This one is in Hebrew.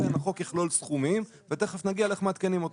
לכן החוק יכלול סכומים ותיכף נגיע לאיך מעדכנים אותם.